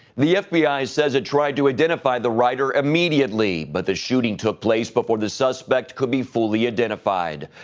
the fbi says it tried to identify the writer immediately but the shooting took place before the suspect could be fully identified.